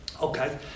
Okay